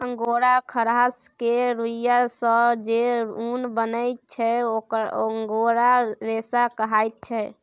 angora खरहा केर रुइयाँ सँ जे उन बनै छै अंगोरा रेशा कहाइ छै